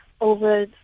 over